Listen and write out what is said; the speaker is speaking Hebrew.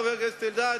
חבר הכנסת אלדד,